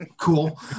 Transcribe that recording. Cool